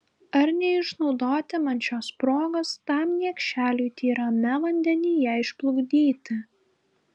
ar neišnaudoti man šios progos tam niekšeliui tyrame vandenyje išplukdyti